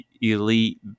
elite